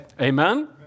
Amen